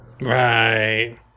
Right